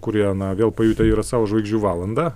kurie na vėl pajutę yra sau žvaigždžių valandą